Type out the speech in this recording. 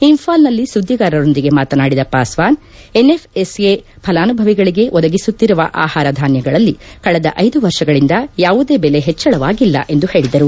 ಇಂಫಾಲ್ನಲ್ಲಿ ಸುದ್ಗಿಗಾರರೊಂದಿಗೆ ಮಾತನಾಡಿದ ಪಾಸ್ಟಾನ್ ಎನ್ಎಫ್ಎಸ್ಎ ಫಲಾನುಭವಿಗಳಿಗೆ ಒದಗಿಸುತ್ತಿರುವ ಆಹಾರ ಧಾನುಗಳಲ್ಲಿ ಕಳೆದ ಐದು ವರ್ಷಗಳಿಂದ ಯಾವುದೇ ದೆಲೆ ಹೆಚ್ಚಳವಾಗಿಲ್ಲ ಎಂದು ಹೇಳಿದರು